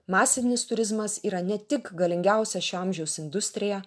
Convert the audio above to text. masinis turizmas yra ne tik galingiausia šio amžiaus industrija